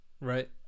Right